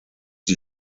die